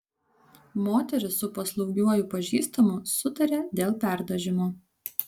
moteris su paslaugiuoju pažįstamu sutarė dėl perdažymo